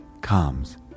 comes